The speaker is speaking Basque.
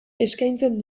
eskaintzen